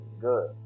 good